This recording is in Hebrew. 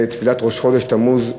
בתפילת ראש חודש תמוז,